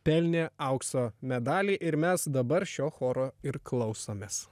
pelnė aukso medalį ir mes dabar šio choro ir klausomės